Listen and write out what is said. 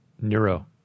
Neuro